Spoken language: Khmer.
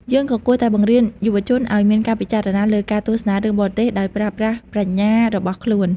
យើងក៏គួរតែបង្រៀនយុវជនឲ្យមានការពិចារណាលើការទស្សនារឿងបរទេសដោយប្រើប្រាស់ប្រាជ្ញារបស់ខ្លួន។